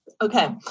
Okay